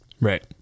Right